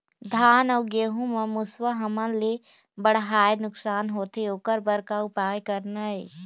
धान अउ गेहूं म मुसवा हमन ले बड़हाए नुकसान होथे ओकर बर का उपाय करना ये?